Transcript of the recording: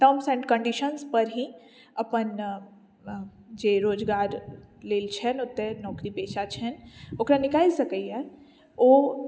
terms and कंडीशन्सपर ही अपन जे रोजगार लेल छैन्ह ओतहि नौकरी पेशा छैन्ह ओकरा निकलि सकैए ओ